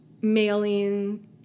mailing